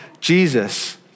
Jesus